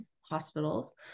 hospitals